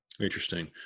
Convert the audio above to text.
Interesting